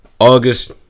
August